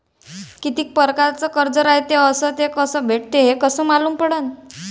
कितीक परकारचं कर्ज रायते अस ते कस भेटते, हे कस मालूम पडनं?